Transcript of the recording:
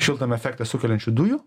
šiltnamio efektą sukeliančių dujų